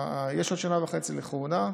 יש לו שנה וחצי לכהונה.